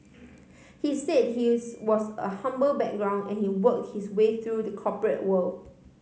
he said his was a humble background and he work his way through the corporate world